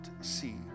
see